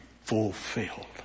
fulfilled